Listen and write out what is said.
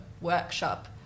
workshop